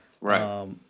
Right